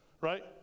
right